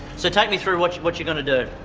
so take me through watch what you're gonna do